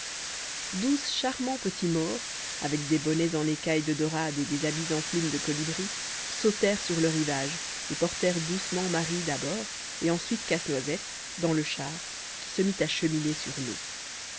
douze charmants petits maures avec des bonnets en écailles de dorade et des habits en plumes de colibri sautèrent sur le rivage et portèrent doucement marie d'abord et ensuite casse-noisette dans le char qui se mit à cheminer sur l'eau